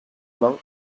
main